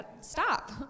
stop